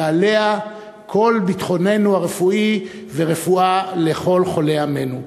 כל ביטחוננו הרפואי והרפואה לכל חולי עמנו.